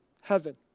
heaven